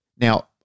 Now